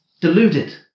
deluded